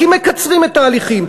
כי מקצרים את ההליכים.